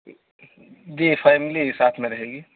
جی family بھی ساتھ میں رہے گی